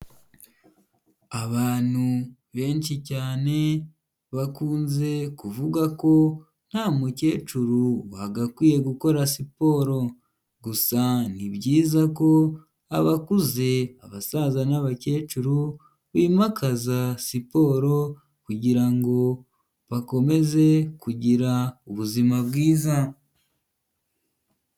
Abantu benshi cyane bakunze kuvuga ko nta mukecuru wagakwiye gukora siporo, gusa ni byiza ko abakuze; abasaza n'abakecuru bimakaza siporo kugirango bakomeze kugira ubuzima bwiza.